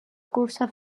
cursa